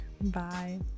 Bye